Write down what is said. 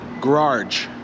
garage